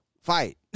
fight